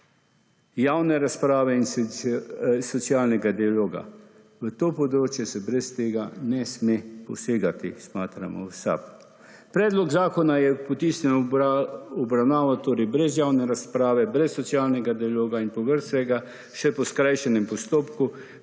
javne razprave in socialnega dialoga. V to področje se brez tega ne sme posegati, smatramo v SAB. Predlog zakona je potisnjen v obravnavo torej brez javne razprave, brez socialnega dialoga in po vrh vsega še po skrajšanem postopku